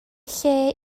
lle